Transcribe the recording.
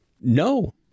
no